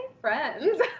friends